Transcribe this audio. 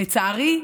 לצערי,